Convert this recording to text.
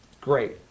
great